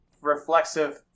reflexive